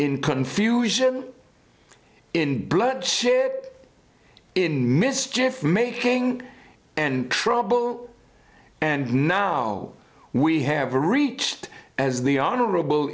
in confusion in bloodshed in mischief making and trouble and now we have reached as the honorable